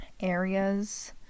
areas